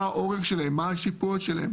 מה האורך שלהם ומה השיפוע שלהם,